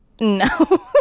no